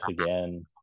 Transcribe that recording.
again